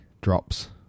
drops